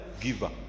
giver